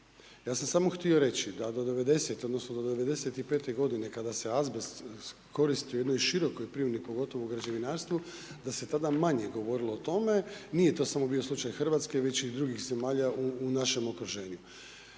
Ja sam samo htio reći da do 90-te odnosno do 95. godine kada se azbest koristio u jednoj širokoj primjeni pogotovo u građevinarstvu, da se tada manje govorilo o tome. Nije to bio samo slučaj Hrvatske, već i drugih zemalja u našem okruženju.